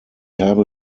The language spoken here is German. habe